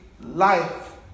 life